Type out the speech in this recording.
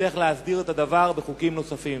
נצטרך להסדיר את הדבר בחוקים נוספים.